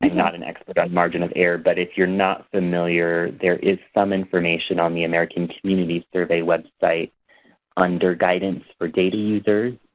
and not an expert on margin of error, but if you're not familiar, there is some information on the american community survey website under guidance for data users.